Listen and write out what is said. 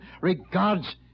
Regards